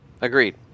Agreed